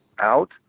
out